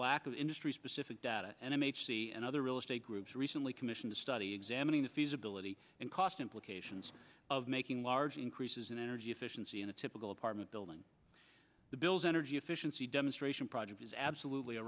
lack of industry specific data and another real estate groups recently commissioned a study examining the feasibility and cost implications of making large increases in energy efficiency in a typical apartment building the bill's energy efficiency demonstration project is absolutely a